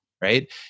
right